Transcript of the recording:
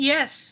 Yes